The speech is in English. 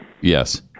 Yes